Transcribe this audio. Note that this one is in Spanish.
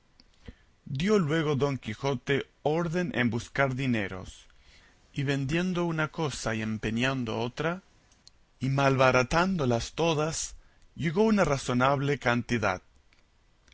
dio luego don quijote orden en buscar dineros y vendiendo una cosa y empeñando otra y malbaratándolas todas llegó una razonable cantidad